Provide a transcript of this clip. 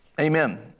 Amen